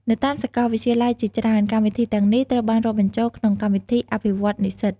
នៅតាមសាកលវិទ្យាល័យជាច្រើន កម្មវិធីទាំងនេះត្រូវបានរាប់បញ្ចូលក្នុងកម្មវិធីអភិវឌ្ឍនិស្សិត។